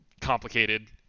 complicated